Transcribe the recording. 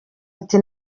ati